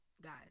guys